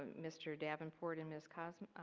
mr. davenport and ms. kozma.